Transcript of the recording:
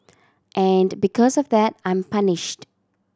and because of that I'm punished